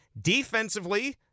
Defensively